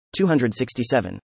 267